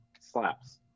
slaps